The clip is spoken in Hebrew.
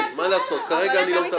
מה לעשות, כרגע אני לא מטפל בזה.